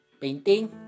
painting